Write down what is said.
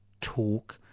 talk